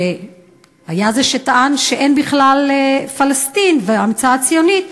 שהיה זה שטען שאין בכלל פלסטין וההמצאה ציונית,